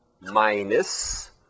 minus